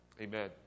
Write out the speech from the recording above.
Amen